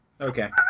Okay